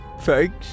thanks